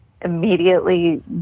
immediately